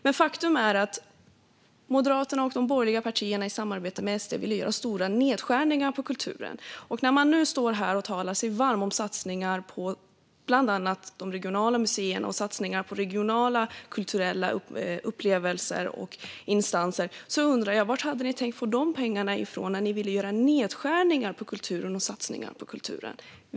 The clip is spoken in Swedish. Men faktum är att Moderaterna och de borgerliga partierna i samarbete med SD vill göra stora nedskärningar på kulturen. När man nu står här och talar sig varm för satsningar på bland annat de regionala museerna och regionala kulturella upplevelser och instanser undrar jag: Var hade ni tänkt få de pengarna ifrån när ni vill göra nedskärningar på kulturen och satsningar på kulturen?